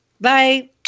Bye